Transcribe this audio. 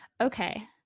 Okay